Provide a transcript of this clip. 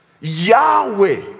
Yahweh